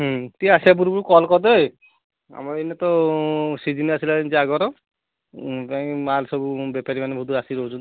ହୁଁ ଟିକିଏ ଆସିବା ପୂର୍ବରୁ କଲ୍ କରିଦେବେ ଆମର ଏଇନେ ତ ସିଜିନ୍ ଆସିଲାଣି ଜାଗର କାଇଁ ନା ମାଲ୍ ସବୁ ବେପାରୀମାନେ ବହୁତ ଆସିକି ନେଉଛନ୍ତି